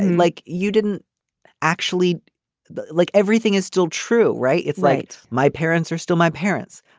like you didn't actually but like everything is still true. right it's right. my parents are still my parents.